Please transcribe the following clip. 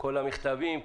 כל המכתבים,